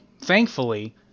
thankfully